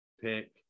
pick